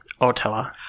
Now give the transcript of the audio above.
Ottawa